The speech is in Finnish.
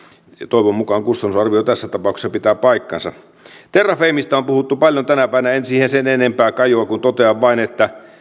toivon mukaan kustannusarvio tässä tapauksessa pitää paikkansa terrafamesta on puhuttu paljon tänä päivänä en siihen sen enempää kajoa muuta kuin totean vain että